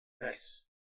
Nice